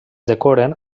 decoren